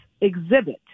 exhibit